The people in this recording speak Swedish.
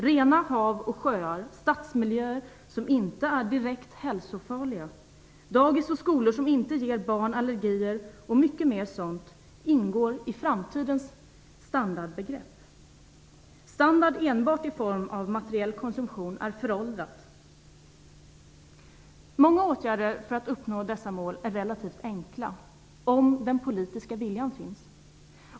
Rena hav och sjöar, stadsmiljöer som inte är direkt hälsofarliga, dagis och skolor som inte ger barn allergier och mycket mer sådant ingår i framtidens standardbegrepp. Standard enbart i form av materiell konsumtion är föråldrad. Många åtgärder för att uppnå dessa mål är relativt enkla, om den politiska viljan finns.